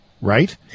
right